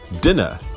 dinner